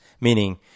meaning